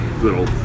little